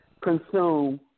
consume